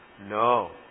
No